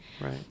right